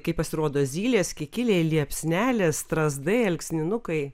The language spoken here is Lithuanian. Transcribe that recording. kai pasirodo zylės kikiliai liepsnelės strazdai alksninukai